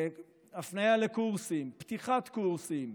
הפניה לקורסים, פתיחת קורסים,